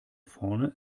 vorne